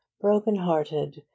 broken-hearted